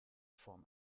form